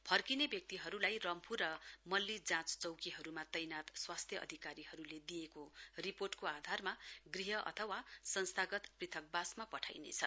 फर्किने व्यक्तिहरूलाई रम्फू र मल्ली जाँच चौकीहरूमा तैनात स्वास्थ्य अधिकारीहरूले दिएको रिपोर्टको आधारमा गृह अथवा संस्थागत पृथकवासमा पठाइनेछ